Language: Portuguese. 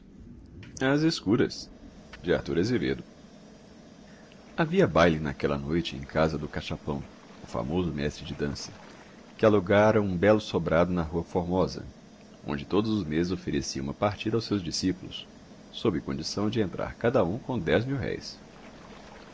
leopoldina se soubesse que a pintinha havia baile naquela noite em casa do cachapão o famoso mestre de dança que alugara um belo sobrado na rua formosa onde todos os meses oferecia uma partida aos seus discípulos sob condição de entrar cada um com